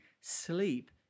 Sleep